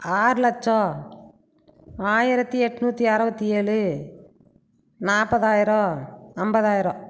ஆறு லட்சம் ஆயிரத்தி எட்நூற்றி அறுபத்தி ஏழு நாப்பதாயிரம் அம்பதாயிரம்